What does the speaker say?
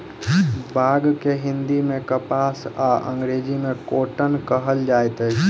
बांग के हिंदी मे कपास आ अंग्रेजी मे कौटन कहल जाइत अछि